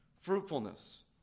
fruitfulness